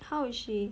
how is she